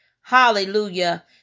hallelujah